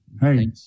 Hey